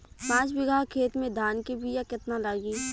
पाँच बिगहा खेत में धान के बिया केतना लागी?